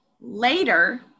later